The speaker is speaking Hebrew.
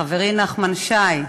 חברי נחמן שי,